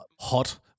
hot